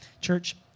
Church